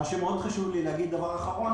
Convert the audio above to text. מה שחשוב לי להגיד, דבר אחרון,